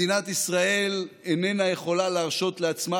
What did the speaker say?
מדינת ישראל איננה יכולה להרשות לעצמה